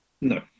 No